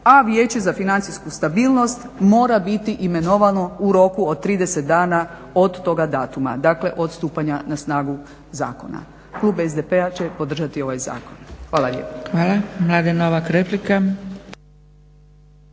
a Vijeće za financijsku stabilnost mora biti imenovano u roku od 30 dana od toga datuma, dakle od stupanja na snagu zakona. Klub SDP-a će podržati ovaj zakon. Hvala lijepa. **Zgrebec, Dragica